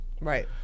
Right